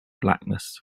blackness